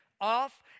off